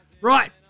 Right